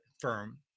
firm